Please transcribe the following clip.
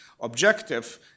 objective